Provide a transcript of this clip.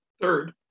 Third